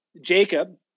Jacob